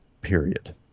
period